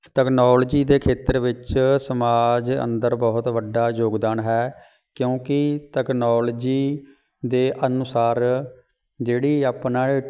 technology ਦੇ ਖੇਤਰ ਵਿੱਚ ਸਮਾਜ ਅੰਦਰ ਬਹੁਤ ਵੱਡਾ ਯੋਗਦਾਨ ਹੈ ਕਿਉਂਕਿ ਤਕਨੋਲਜੀ ਦੇ ਅਨੁਸਾਰ ਜਿਹੜੀ ਆਪਣਾ